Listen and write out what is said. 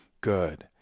Good